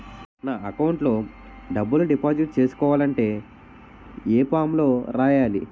నా అకౌంట్ లో డబ్బులు డిపాజిట్ చేసుకోవాలంటే ఏ ఫామ్ లో రాయాలి?